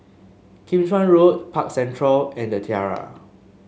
Kim Chuan Road Park Central and The Tiara